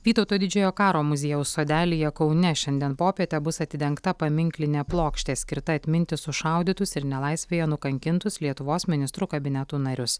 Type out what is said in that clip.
vytauto didžiojo karo muziejaus sodelyje kaune šiandien popietę bus atidengta paminklinė plokštė skirta atminti sušaudytus ir nelaisvėje nukankintus lietuvos ministrų kabineto narius